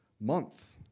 month